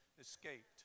escaped